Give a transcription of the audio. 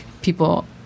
people